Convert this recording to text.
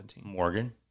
Morgan